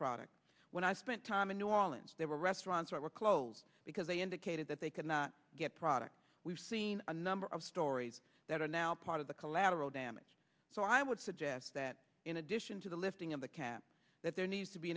product when i spent time in new orleans there were restaurants were closed because they indicated that they could not get products we've seen a number of stories that are now part of the collateral damage so i would suggest that in addition to the lifting of the cap that there needs to be